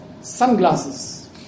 sunglasses